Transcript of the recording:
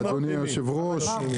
אדוני היושב ראש.